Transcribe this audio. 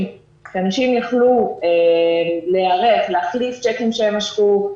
שאנשים יוכלו להיערך להחליף צ'קים שהם משכו,